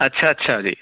ਅੱਛਾ ਅੱਛਾ ਜੀ